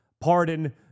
pardon